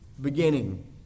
beginning